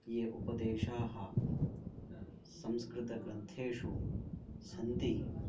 ये उपदेशाः संस्कृतग्रन्थेषु सन्ति